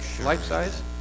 life-size